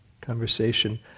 conversation